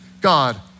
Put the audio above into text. God